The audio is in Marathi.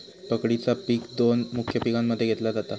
पकडीचा पिक दोन मुख्य पिकांमध्ये घेतला जाता